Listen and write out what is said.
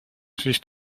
siis